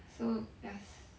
so yas